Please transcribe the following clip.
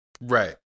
Right